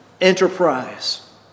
enterprise